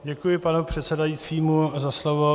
Děkuji panu předsedajícímu za slovo.